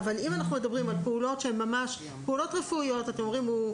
אבל אם אנחנו מדברים על פעולות רפואיות מאוד